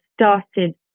started